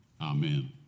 Amen